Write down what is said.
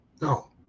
No